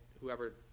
whoever